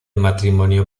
matrimonio